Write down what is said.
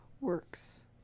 works